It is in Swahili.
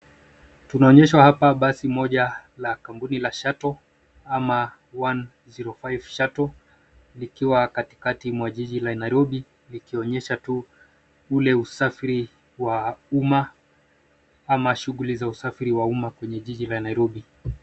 Tunaonyeshwa hapa basi moja la kampuni la shuttle ama one zero five shuttle likiwa katikati mwa jiji la Nairobi likionyesha tu ule usafiri wa umma ama shughuli za usafiri wa umma kwenye jiji la Nairobi.